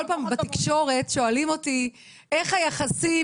כל פעם בתקשורת שואלים אותי איך היחסים